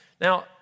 Now